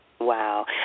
Wow